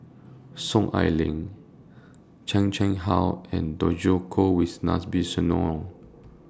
Soon Ai Ling Chan Chang How and Djoko Wibisono